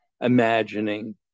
imagining